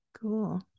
cool